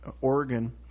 Oregon